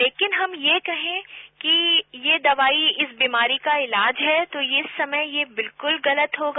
लेकिन हम यह कहे कि ये दवाई इस बीमारी का इलाज है तो इस समय ये बिलकल गलत होगा